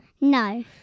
No